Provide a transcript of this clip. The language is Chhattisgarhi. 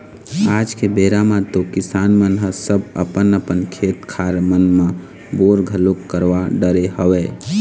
आज के बेरा म तो किसान मन ह सब अपन अपन खेत खार मन म बोर घलोक करवा डरे हवय